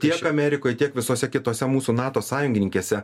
tiek amerikoje tiek visose kitose mūsų nato sąjungininkėse